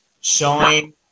showing